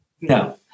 No